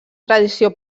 tradició